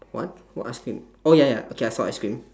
what what ice cream oh ya ya okay I saw ice cream